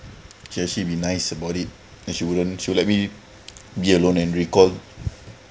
she actually be nice about it then she wouldn't she'll like be be alone and recall